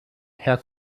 herr